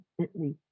constantly